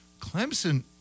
Clemson